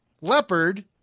leopard